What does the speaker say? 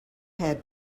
had